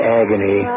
agony